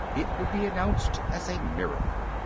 it would be announced as a miracle.